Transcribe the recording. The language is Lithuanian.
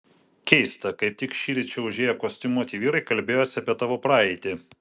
keista kaip tik šįryt čia užėję kostiumuoti vyrai kalbėjosi apie tavo praeitį